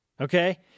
Okay